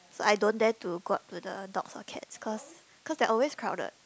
so I don't dare to go up to the dogs or the cats cause cause they are always crowded